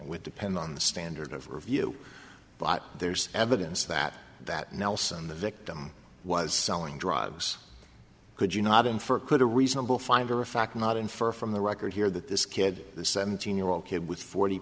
would depend on the standard of review but there's evidence that that nelson the victim was selling drugs could you not infer could a reasonable finder of fact not infer from the record here that this kid the seventeen year old kid with forty